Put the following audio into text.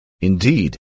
Indeed